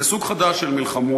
זה סוג חדש של מלחמות.